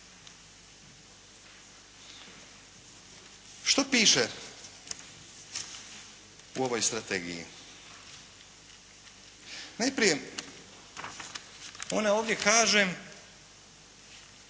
Što piše u ovoj strategiji? Najprije, ona ovdje kaže